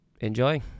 enjoy